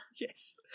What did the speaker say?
yes